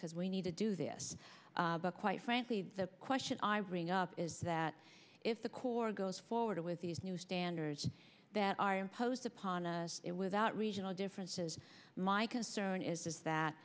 because we need to do this but quite frankly the question i ring up is that if the corps goes forward with these new standards that are imposed upon us it without regional differences my concern is that